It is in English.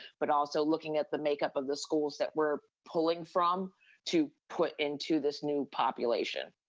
but also looking at the makeup of the schools that we're pulling from to put into this new population.